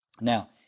Now